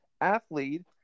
athlete